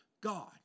God